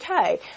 okay